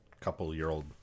couple-year-old